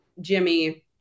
Jimmy